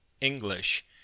English